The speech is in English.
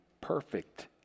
perfect